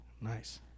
Nice